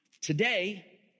Today